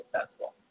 successful